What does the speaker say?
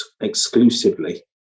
exclusively